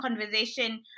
conversation